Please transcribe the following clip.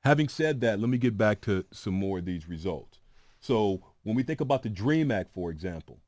having said that let me get back to some more of these results so when we think about the dream act for example